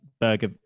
burger